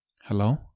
Hello